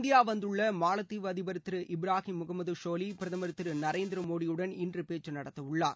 India வந்துள்ள மாலத்தீவு அதிபர் திரு இப்ராஹிம் முகமது ஷோரீ பிரதமர் திரு நரேந்திர மோடியுடன் இன்று பேச்சு நடத்த உள்ளார்